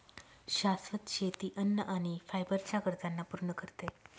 शाश्वत शेती अन्न आणि फायबर च्या गरजांना पूर्ण करते